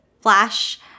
flash